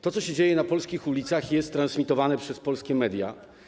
To, co się dzieje na polskich ulicach, jest transmitowane przez polskie media.